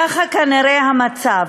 כך כנראה המצב,